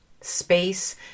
space